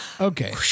Okay